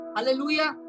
Hallelujah